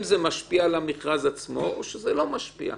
זה משפיע על המכרז עצמו או לא משפיע.